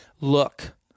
look